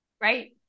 Right